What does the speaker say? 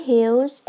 Hills